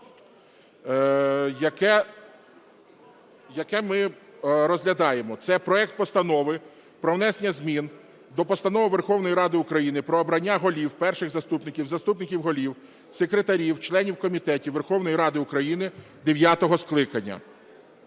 яке ми розглядаємо, це проект Постанови про внесення змін до Постанови Верховної Ради України "Про обрання голів, перших заступників, заступників голів, секретарів, членів комітетів Верховної Ради України дев'ятого скликання"